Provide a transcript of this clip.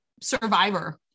survivor